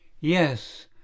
yes